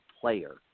player